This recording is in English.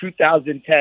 2010